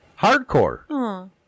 Hardcore